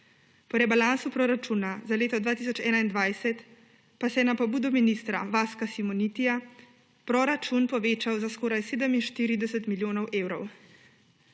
po rebalansu proračuna za leto 2021 pa se je na pobudo ministra Vaska Simonitija proračun povečal za skoraj 47 milijonov evrov.